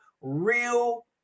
real